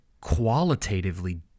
qualitatively